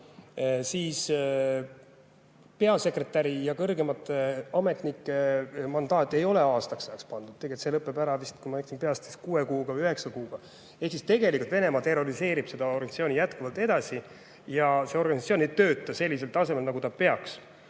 siis peasekretäri ja kõrgemate ametnike mandaati ei ole aastaks ajaks pandud, see lõpeb ära, kui ma ei eksi, vist kas kuue kuuga või üheksa kuuga. Ehk siis tegelikult Venemaa terroriseerib seda organisatsiooni jätkuvalt edasi ja see organisatsioon ei tööta sellisel tasemel, nagu ta peaks.